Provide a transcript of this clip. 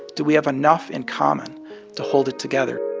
do we have enough in common to hold it together?